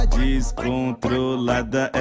descontrolada